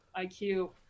IQ